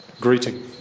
greeting